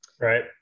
right